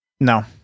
No